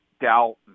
doubt